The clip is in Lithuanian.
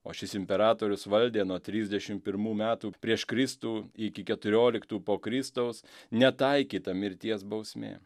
o šis imperatorius valdė nuo trisdešim pirmų metų prieš kristų iki keturioliktų po kristaus netaikyta mirties bausmė